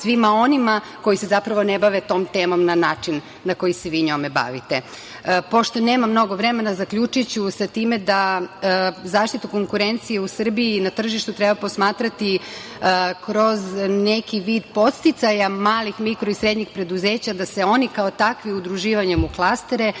svima onima koji se zapravo ne bave tom temom na način na koji se vi njome bavite. Pošto nema mnogo vremena, zaključiću sa time da zaštitu konkurencije u Srbiji i na tržištu treba posmatrati kroz neki vid podsticaja malih, mikro i srednjih preduzeća, da se oni kao takvi udruživanjem u klastere